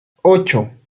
ocho